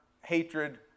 hatred